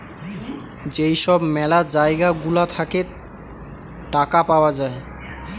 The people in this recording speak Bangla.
যেই সব ম্যালা জায়গা গুলা থাকে টাকা পাওয়া যায়